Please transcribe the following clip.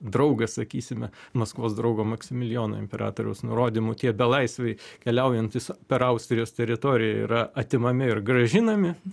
draugas sakysime maskvos draugo maksimilijono imperatoriaus nurodymu tie belaisviai keliaujantys per austrijos teritoriją yra atimami ir grąžinami